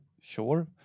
Sure